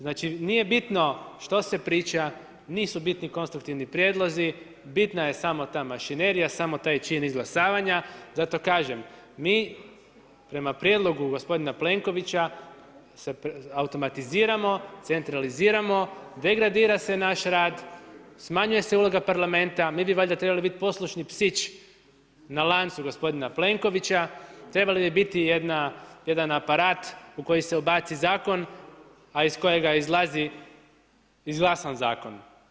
Znači, nije bitno što se priča, nisu bitni konstruktivni prijedlozi, bitna je samo ta mašinerija, samo taj čin izglasavanja, zato kažem, mi prema prijedlogu gospodina Plenkovića se automatiziramo, centraliziramo, degradira se naš rad, smanjuje se uloga Parlamenta, mi bi valjda trebali biti poslušni psić na lancu gospodina Plenkovića, trebali bi biti jedan aparat u koji se ubaci zakon, a iz kojega izlazi izglasan zakon.